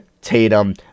tatum